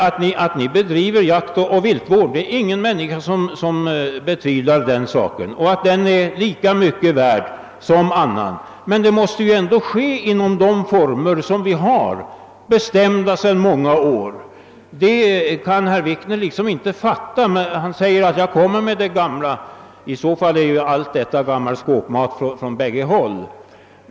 Att ni bedriver jaktoch viltvård och att den är lika mycket värd som annan jaktoch viltvård är det ingen människa som betvivlar. Men denna verksamhet måste bedrivas i de former som vi sedan många år har fastlagda. Detta tycks herr Wikner inte vilja fatta. Han säger att jag bara kommer med det gamla. I så fall tar vi ju på båda hållen fram gammal skåpmat.